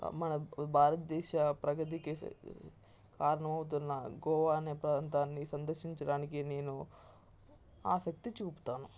మన భారత దేశ ప్రగతికి కారణం అవుతున్న గోవా అనే ప్రాంతాన్ని సందర్శించడానికి నేను ఆసక్తి చూపుతాను